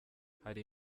hari